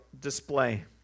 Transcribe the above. display